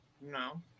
No